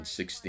16